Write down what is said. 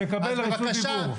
אז בבקשה,